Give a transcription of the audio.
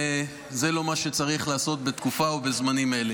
וזה לא מה שצריך לעשות בתקופה ובימים אלה.